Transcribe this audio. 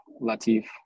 Latif